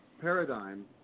paradigm